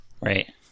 Right